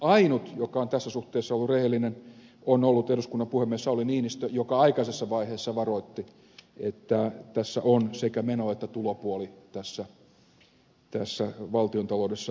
ainut joka on tässä suhteessa ollut rehellinen on ollut eduskunnan puhemies sauli niinistö joka aikaisessa vaiheessa varoitti että tässä valtiontaloudessa on sekä meno että tulopuoli mukana